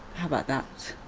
how about that?